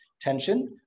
tension